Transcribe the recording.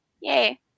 yay